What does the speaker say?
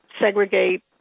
segregate